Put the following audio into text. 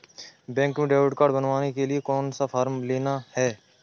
Bank में debit card बनवाने के लिए कौन सा फॉर्म लेना है?